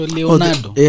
Leonardo